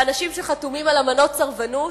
לאנשים שחתומים על אמנות סרבנות,